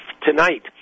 tonight